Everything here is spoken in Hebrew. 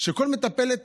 שמטפלת